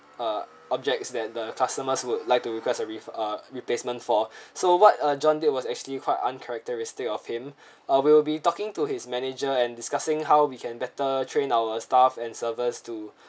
uh objects that the customers would like to request a ref~ uh replacement for so what ah john did was actually quite uncharacteristic of him uh we will be talking to his manager and discussing how we can better train our staff and servers to